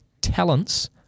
talents